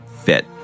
Fit